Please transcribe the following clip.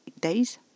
days